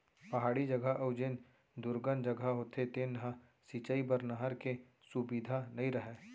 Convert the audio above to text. पहाड़ी जघा अउ जेन दुरगन जघा होथे तेन ह सिंचई बर नहर के सुबिधा नइ रहय